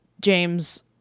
James